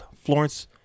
Florence